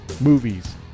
movies